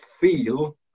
feel